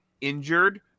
injured